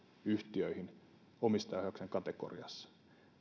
yhtiöihin omistajaohjauksen kategoriassa